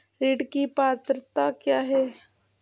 ऋण की पात्रता क्या है?